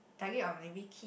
target or maybe kid